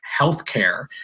healthcare